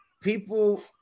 People